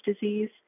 disease